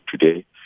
today